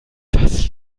das